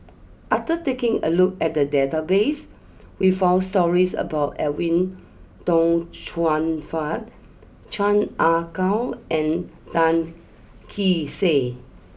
after taking a look at the database we found stories about Edwin Tong Chun Fai Chan Ah Kow and Tan Kee Sek